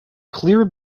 clear